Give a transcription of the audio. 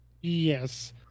Yes